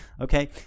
okay